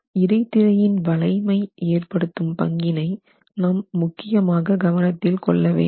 இடைத்திரையின் வளைமை ஏற்படுத்தும் பங்கினை நாம் முக்கியமாக கவனத்தில் கொள்ளவேண்டும்